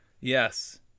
yes